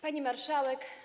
Pani Marszałek!